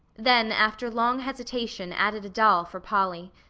then after long hesitation added a doll for polly.